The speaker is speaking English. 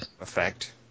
effect